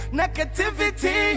negativity